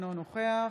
אינו נוכח